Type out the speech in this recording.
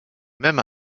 même